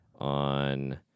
on